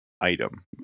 item